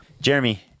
Jeremy